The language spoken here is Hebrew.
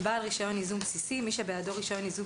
"בעל רישיון ייזום בסיסי" מי שבידו רישיון ייזום